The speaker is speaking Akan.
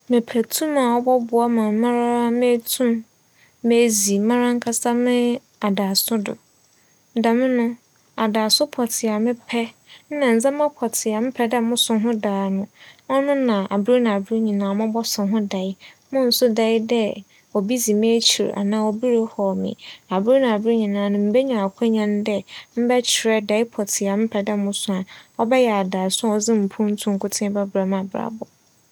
Mepɛ tum a ͻbͻboa ma mara meetum m'edzi mara ankasa m'adaaso do. Dɛm no, adaaso pͻtsee a mepɛ nna ndzɛmba pͻtsee a mepɛ dɛ moso ho daa no, ͻno na aber na aber nyinara mobͻso ho dae. Mo nso dae dɛ obi dzi m'ekyir anaa obi rehaw me. Aber na aber nyinara mebenya akwanya no dɛ mebɛkyerɛ dae pͻtsee a mepɛ dɛ moso a ͻbɛyɛ adaaso a ͻdze mpontu bɛberɛ m'abrabͻ.